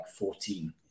14